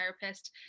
therapist